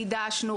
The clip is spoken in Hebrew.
חידשנו,